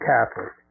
Catholic